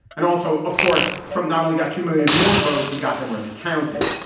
and also, of course, trump not only got two million more votes, he got them where they counted.